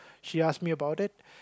she asked me about it